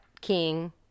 king